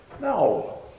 No